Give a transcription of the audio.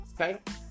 okay